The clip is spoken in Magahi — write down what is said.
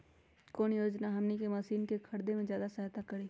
कौन योजना हमनी के मशीन के खरीद में ज्यादा सहायता करी?